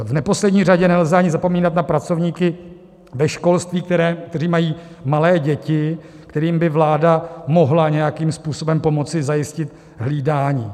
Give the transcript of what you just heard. V neposlední řadě nelze ani zapomínat na pracovníky ve školství, kteří mají malé děti, kterým by vláda mohla nějakým způsobem pomoci zajistit hlídání.